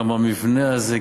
גם המבנה הזה,